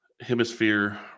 hemisphere